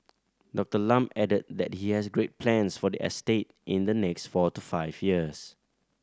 Doctor Lam added that he has great plans for the estate in the next four to five years